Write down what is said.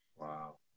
wow